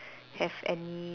have any